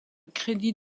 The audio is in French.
crédits